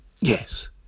yes